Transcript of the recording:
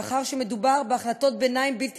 מאחר שמדובר בהחלטות ביניים בלתי